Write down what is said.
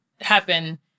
happen